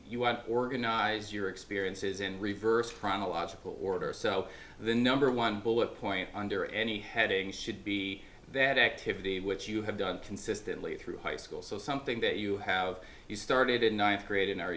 want organize your experiences in reverse chronological order so the number one bullet point under any heading should be that activity which you have done consistently through high school so something that you have you started in ninth grade and